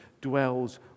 dwells